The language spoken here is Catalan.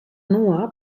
nua